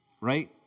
right